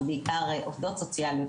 זה בעיקר עובדות סוציאליות,